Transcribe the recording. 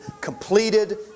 completed